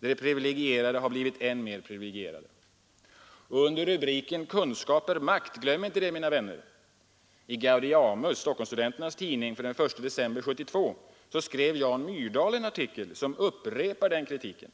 De privilegierade har blivit än mer privilegierade.” Under rubriken ”Kunskap är makt! Glöm inte det mina vänner” i Gaudeamus, Stockholmsstudenternas tidning, för den 1 december 1972 skrev Jan Myrdal en artikel som upprepar den kritiken.